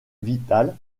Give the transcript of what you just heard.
vital